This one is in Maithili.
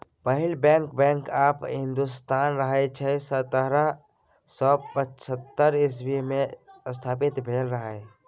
पहिल बैंक, बैंक आँफ हिन्दोस्तान रहय जे सतरह सय सत्तरि इस्बी मे स्थापित भेल रहय